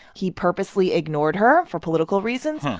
he purposely ignored her for political reasons.